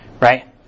Right